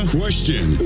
question